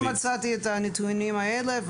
דווקא אתמול מצאתי את הנתונים האלה.